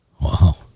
Wow